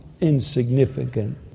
insignificant